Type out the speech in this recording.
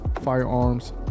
firearms